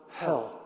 hell